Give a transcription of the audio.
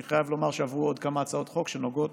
אני חייב לומר שעברו עוד כמה הצעות חוק שנוגעות